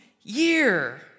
year